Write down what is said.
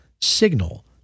signal